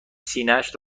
سینهاش